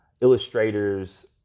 illustrators